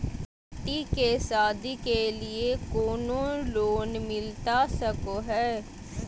बेटी के सादी के लिए कोनो लोन मिलता सको है?